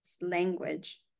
language